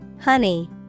Honey